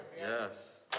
Yes